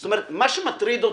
מה שמטריד אותי,